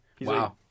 Wow